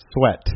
Sweat